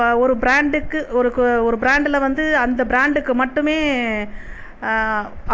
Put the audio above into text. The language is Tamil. இப்போ ஒரு ப்ராண்டுக்கு ஒரு ஒரு ப்ராண்டில் வந்து அந்த ப்ராண்டுக்கு மட்டுமே